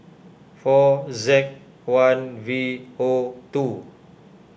four Z one V O two